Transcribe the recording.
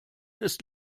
ist